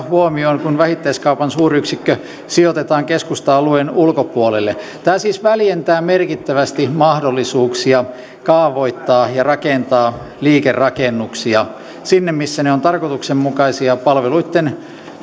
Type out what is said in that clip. huomioon kun vähittäiskaupan suuryksikkö sijoitetaan keskusta alueen ulkopuolelle tämä siis väljentää merkittävästi mahdollisuuksia kaavoittaa ja rakentaa liikerakennuksia sinne missä ne ovat tarkoituksenmukaisia palveluitten